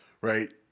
right